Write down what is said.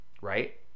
right